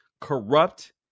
Corrupt